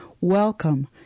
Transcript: welcome